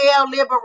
liberation